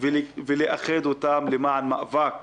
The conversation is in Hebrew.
למען מאבק